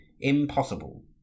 impossible